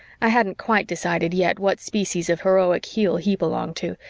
i hadn't quite decided yet what species of heroic heel he belonged to,